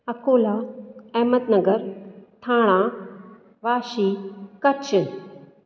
Akola Ahmednagar Thane Vashi Kutch